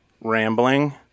rambling